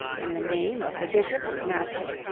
in the name of the bishop, his master,